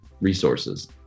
resources